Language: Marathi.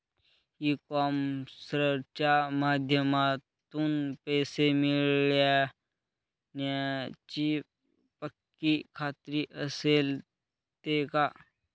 ई कॉमर्सच्या माध्यमातून पैसे मिळण्याची पक्की खात्री असते का?